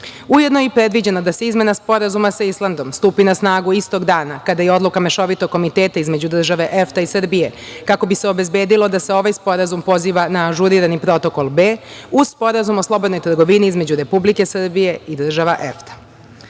Ujedno je predviđeno da Izmena Sporazuma stupi na snagu istog dana kada i Odluka Mešovitog komiteta između država EFTA i Srbije, kako bi se obezbedilo da se ovaj sporazum poziva na ažurirani Protokol B, uz Sporazum o slobodnoj trgovini između Republike Srbije i država